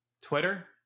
twitter